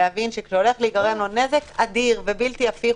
להבין שאם הולך להיגרם לו נזק אדיר ובלתי הפיך,